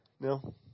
No